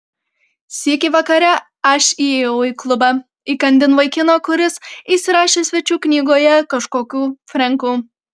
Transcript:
sykį vakare aš įėjau į klubą įkandin vaikino kuris įsirašė svečių knygoje kažkokiu frenku